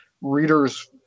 readers